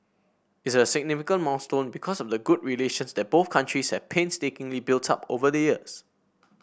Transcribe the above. is a significant milestone because of the good relations that both countries have painstakingly built up over the years